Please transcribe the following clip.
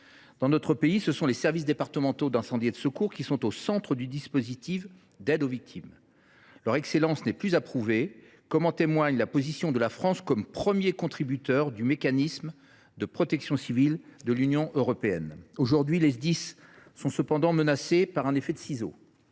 Dans notre pays, ce sont les services départementaux d’incendie et de secours qui sont au centre du dispositif d’aide aux victimes. Leur excellence n’est plus à prouver, comme en témoigne la position de la France comme premier contributeur du mécanisme de protection civile de l’Union européenne. Aujourd’hui, les Sdis sont cependant menacés par un effet de ciseau.